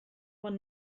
will